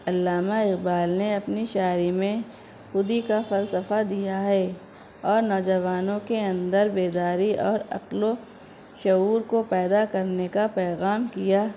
علامہ اقبال نے اپنی شاعری میں خودی کا فلسفہ دیا ہے اور نوجوانوں کے اندر بیداری اور عقل و شعور کو پیدا کرنے کا پیغام کیا